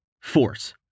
Force